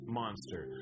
monster